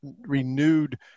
renewed